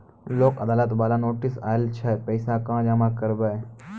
लोक अदालत बाला नोटिस आयल छै पैसा कहां जमा करबऽ?